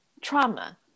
trauma